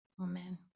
Amen